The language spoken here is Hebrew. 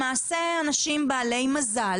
למעשה, אנשים בעלי מזל